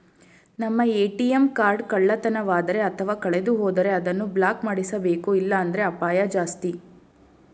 ನಮ್ಮ ATM card ಕಳ್ಳತನವಾದರೆ ಅಥವಾ ಕಳೆದುಹೋದರೆ ಅದನ್ನು ಬ್ಲಾಕ್ ಮಾಡಿಸಬೇಕು ಇಲ್ಲಾಂದ್ರೆ ಅಪಾಯ ಜಾಸ್ತಿ